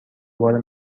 بار